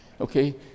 Okay